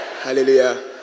Hallelujah